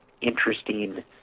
interesting